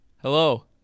Hello